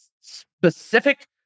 specific